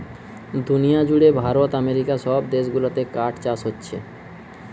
দুনিয়া জুড়ে ভারত আমেরিকা সব দেশ গুলাতে কাঠ চাষ হোচ্ছে